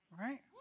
Right